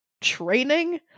training